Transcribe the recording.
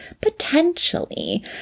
potentially